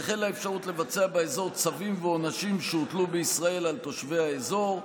וכן לאפשרות לבצע באזור צווים ועונשים שהוטלו בישראל על תושבי האזור.